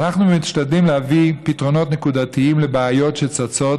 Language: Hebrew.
אנחנו משתדלים להביא פתרונות נקודתיים לבעיות שצצות,